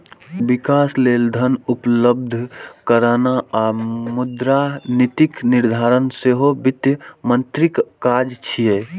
विकास लेल धन उपलब्ध कराना आ मुद्रा नीतिक निर्धारण सेहो वित्त मंत्रीक काज छियै